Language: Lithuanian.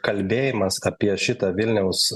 kalbėjimas apie šitą vilniaus